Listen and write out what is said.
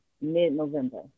mid-November